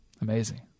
Amazing